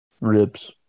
Ribs